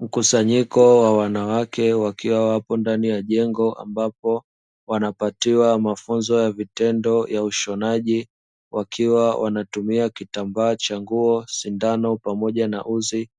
Mkusanyiko wa wanawake wakiwa wapo ndani ya jengo ambapo wanapatiwa mafunzo ya vitendo ya ushonaji. Wakiwa wanatumia kitambaa cha nguo, sindano pamoja na uzi